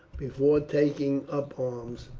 before taking up arms,